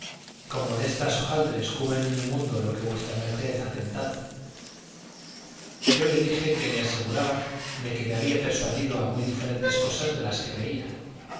como de estas hojaldres cubren en el mundo lo que v md ha tentado yo le dije que le aseguraba de que me había persuadido a muy diferentes cosas de las que veía